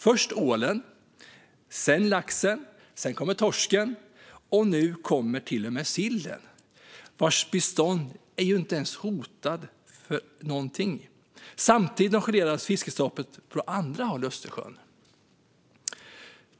Först var det ålen, sedan laxen, sedan torsken - och nu kommer till och med sillen, vars bestånd inte ens är hotat. Är det då så att det inte fiskas över huvud taget? Jo, för samtidigt nonchaleras fiskestoppet på andra håll i Östersjön.